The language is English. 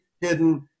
hidden